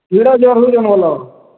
ଭିଡ଼ ଯୋର ଭଲ